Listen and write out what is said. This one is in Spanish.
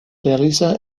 realiza